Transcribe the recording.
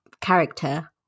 character